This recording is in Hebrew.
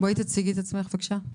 בואי תציגי את עצמך בבקשה.